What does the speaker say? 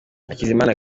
hakizimana